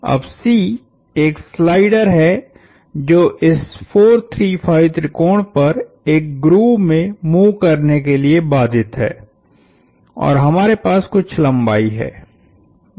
अब C एक slider है जो इस 4 3 5 त्रिकोण पर एक ग्रूव में मूव करने के लिए बाधित है और हमारे पास कुछ लंबाई है